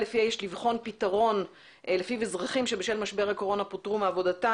לפיה יש לבחון פתרון לפיו אזרחים שבשל משבר הקורונה פוטרו מעבודתם,